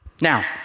Now